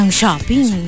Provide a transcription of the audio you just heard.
shopping